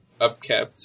upkept